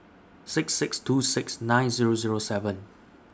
six six two six nine Zero Zero seven